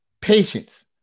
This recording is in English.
Patience